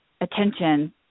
attention